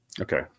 Okay